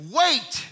wait